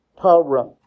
power